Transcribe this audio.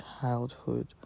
childhood